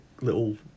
little